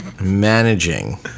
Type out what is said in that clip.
Managing